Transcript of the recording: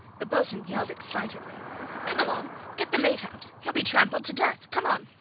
the boatswain yelled excitedly come along. get the mate out. hell be trampled to death. come on.